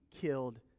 killed